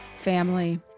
family